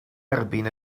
erbyn